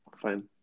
fine